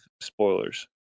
spoilers